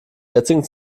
jetzigen